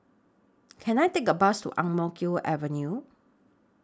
Can I Take A Bus to Ang Mo Kio Avenue